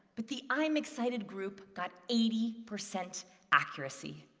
but the i'm excited group got eighty percent accuracy.